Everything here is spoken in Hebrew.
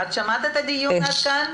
את שמעת את הדיון עד כאן?